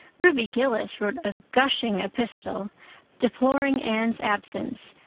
ruby gillis wrote a gushing epistle deploring anne's absence,